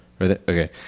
Okay